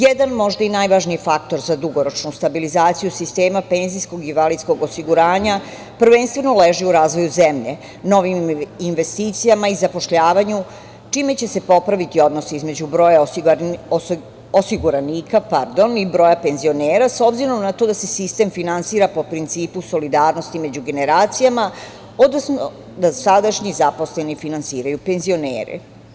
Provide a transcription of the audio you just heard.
Jedan, možda i najvažniji faktor za dugoročnu stabilizaciju sistema penzijskog i invalidskog osiguranja prvenstveno leži u razvoju zemlje, novim investicijama i zapošljavanju, čime će se popraviti odnos između broja osiguranika i broja penzionera, s obzirom na to da se sistem finansira po principu solidarnosti među generacijama, odnosno da sadašnji zaposleni finansiraju penzionere.